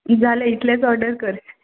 जालें इतलेंच ऑडर कर